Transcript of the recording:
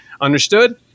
Understood